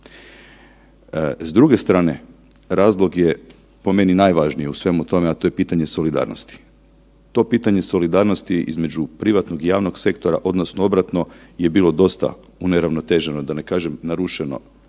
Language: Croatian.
S druge strane razlog je po meni najvažniji u svemu tome, a to je pitanje solidarnosti. To pitanje solidarnosti između privatnog i javnog sektora odnosno obratno je bilo dosta uneravnoteženo da ne kažem narušeno